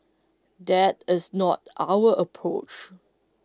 that is not our approach